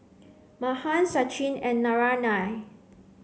Mahan Sachin and Naraina